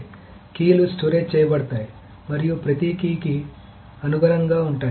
కాబట్టి కీలు స్టోరేజ్ చేయబడతాయి మరియు ప్రతి కీ కి అనుగుణంగా ఉంటాయి